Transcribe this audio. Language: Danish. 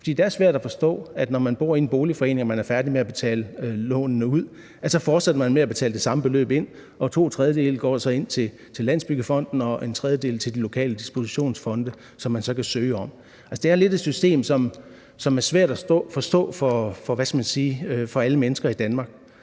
for det er svært at forstå, at når man bor i en boligforening og er færdig med at betale lånene ud, så fortsætter man med at betale det samme beløb ind, og to tredjedele går så til Landsbyggefonden, og en tredjedel går til de lokale dispositionsfonde, som man så kan søge midler hos. Det er et system, som er lidt svært at forstå for mange mennesker i Danmark.